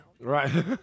Right